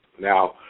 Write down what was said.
now